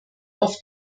auf